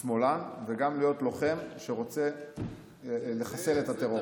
גם שמאלן וגם להיות לוחם שרוצה לחסל את הטרור.